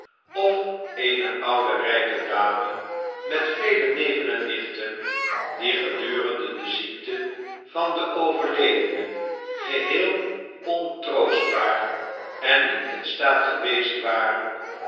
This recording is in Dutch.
of eene oude rijke dame met vele neven en nichten die gedurende de ziekte van den overledene geheel ontroostbaar en niet in staat geweest waren